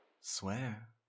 Swear